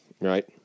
right